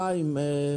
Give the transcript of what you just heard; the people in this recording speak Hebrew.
חיים,